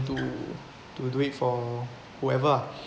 to to do it for whoever ah